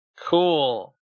Cool